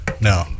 No